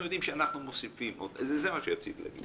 יודעים שאנחנו מוסיפים זה מה שרציתי להגיד.